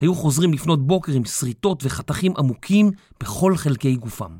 היו חוזרים לפנות בוקר עם שריטות וחתכים עמוקים בכל חלקי גופם.